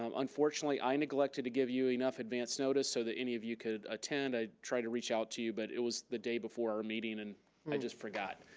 um unfortunately, i neglected to give you enough advance notice, so that any of you could attend. i tried to reach out to you, but it was the day before our meeting, and i just forgot.